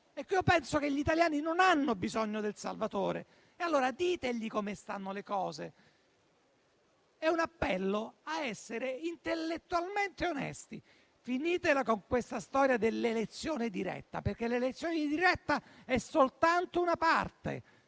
Io penso che gli italiani non abbiano bisogno del salvatore. Dite loro come stanno le cose. Il mio è un appello ad essere intellettualmente onesti. Finitela con questa storia dell'elezione diretta, perché l'elezione diretta è soltanto una parte